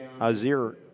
Azir